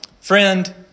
Friend